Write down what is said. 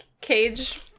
Cage